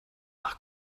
nach